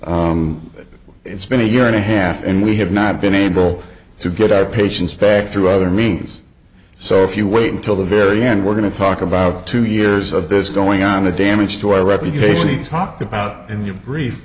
ultimately it's been a year and a half and we have not been able to get our patients back through other means so if you wait until the very end we're going to talk about two years of this going on the damage to our reputation he talked about in your brief